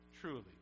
Truly